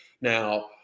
Now